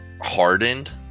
hardened